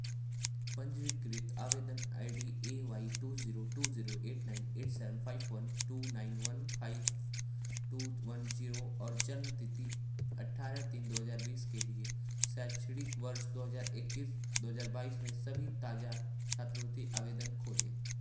पंजीकृत आवेदन I D A Y two zero two zero eight nine eight seven five one two nine one one five two one zero और जन्म तिथि अठारह तीन दो हज़ार दो हज़ार बीस के लिए शैक्षणिक वर्ष दो हज़ार इक्कीस दो हज़ार बाईस में सभी ताज़ा छात्रवृत्ति आवेदन खोजें